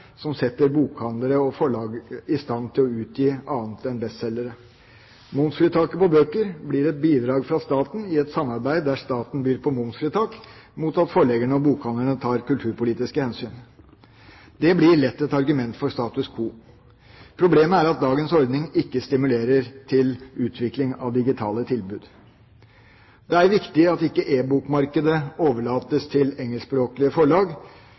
som setter bokhandlere og forlag i stand til å utgi annet enn bestselgere. Momsfritaket på bøker blir et bidrag fra staten i et samarbeid, der staten byr på momsfritak mot at forleggerne og bokhandlerne tar kulturpolitiske hensyn. Det blir lett et argument for status quo. Problemet er at dagens ordning ikke stimulerer til utvikling av digitale tilbud. Det er viktig at ikke e-bokmarkedet overlates til engelskspråklige forlag,